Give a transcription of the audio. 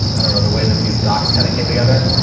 and and the way that these dots kind of came together.